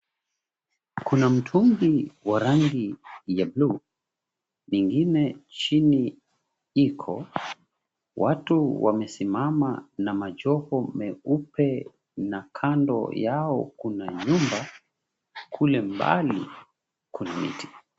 Kuna mtungi wa rangi ya bluu vingine chini iko. Watu wamesimama na majoho meupe na kando yao kuna nyumba. Kule mbali kuna miti.